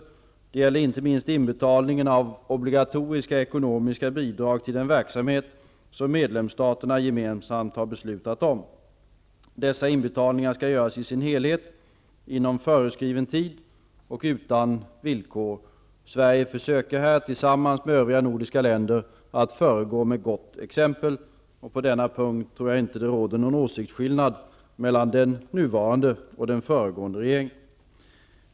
Detta gäller inte minst inbetalningen av obligatoriska ekonomiska bidrag till den verksamhet som medlemsstaterna gemensamt har beslutat om. Dessa inbetalningar skall göras i sin helhet, inom föreskriven tid och utan villkor. Sverige försöker här, tillsammans med övriga nordiska länder, att föregå med gott exempel. På denna punkt råder ingen åsiktsskillnad mellan den nuvarande och den föregående regeringen.